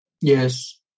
Yes